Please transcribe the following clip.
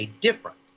different